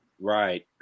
Right